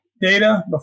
data